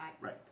Right